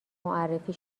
معرفی